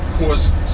caused